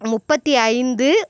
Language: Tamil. முப்பத்து ஐந்து